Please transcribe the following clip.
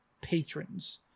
patrons